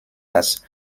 das